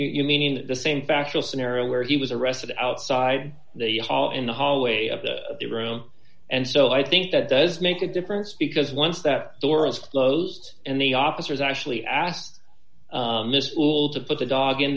you're meaning the same factual scenario where he was arrested outside the hall in the hallway of the room and so i think that does make a difference because once that door is closed and the officers actually asked miss to put the dog in